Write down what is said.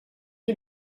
you